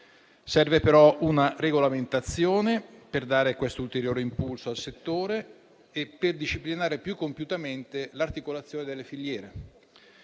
Serve però una regolamentazione per dare questo ulteriore impulso al settore e per disciplinare più compiutamente l'articolazione delle filiere.